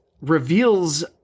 reveals